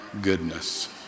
goodness